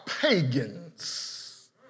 pagans